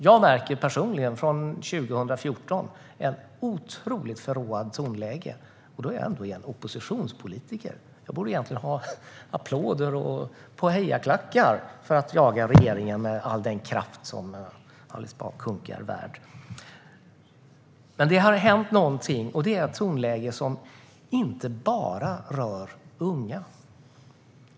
Jag har personligen märkt ett otroligt förråat tonläge från 2014, och då är jag ändå oppositionspolitiker. Jag borde egentligen få applåder och hejaklackar för att jag jagar regeringen med all den kraft som Alice Bah Kuhnke är värd. Men det har hänt någonting, och det är ett tonläge som inte bara rör de unga.